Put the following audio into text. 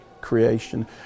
creation